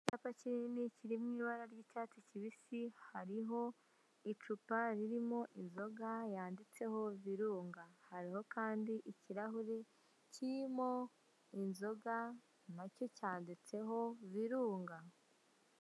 icyapa kinini kiri mwibara ry'icyatsi kibisi hariho icupa ririmo inzoga yanditseho virunga, hariho kandi ikirahuri kirimo inzoga nacyo cyanditseho virunga.